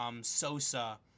Sosa